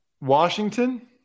Washington